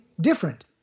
different